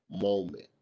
moment